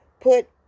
put